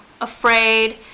afraid